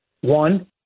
One